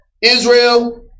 Israel